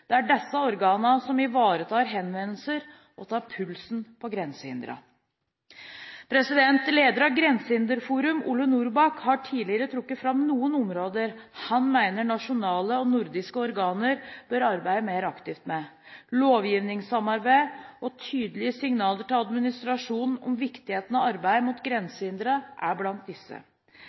Det er disse organene som ivaretar henvendelser, og som tar pulsen på grensehindrene. Leder av Grensehinderforum, Ole Norrback, har tidligere trukket fram noen områder han mener nasjonale og nordiske organer bør arbeide mer aktivt med. Lovgivningssamarbeid og tydelige signaler til administrasjon om viktigheten av arbeidet mot grensehindre er blant disse.